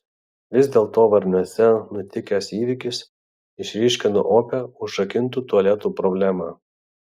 vis dėlto varniuose nutikęs įvykis išryškino opią užrakintų tualetų problemą